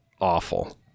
awful